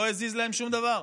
לא הזיז להם שום דבר.